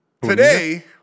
Today